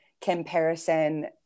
comparison